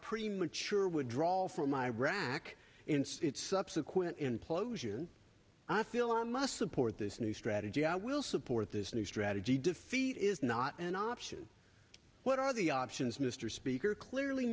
premature withdrawal from iraq subsequent implosion i feel i must support this new strategy i will support this new strategy defeat is not an option what are the options mr speaker clearly